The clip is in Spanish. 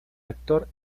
actor